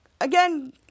Again